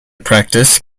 practice